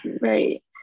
Right